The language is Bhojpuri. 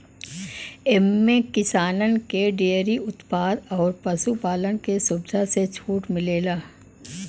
एम्मे किसानन के डेअरी उत्पाद अउर पशु पालन के सुविधा पे छूट मिलेला